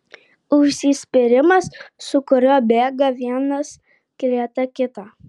užsispyrimas su kuriuo bėga vienas greta kito